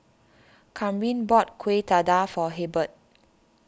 Kamryn bought Kueh Dadar for Hebert